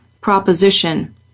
proposition